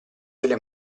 delle